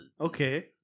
Okay